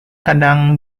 kadang